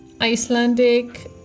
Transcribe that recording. Icelandic